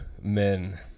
men